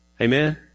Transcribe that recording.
Amen